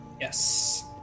Yes